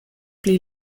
pli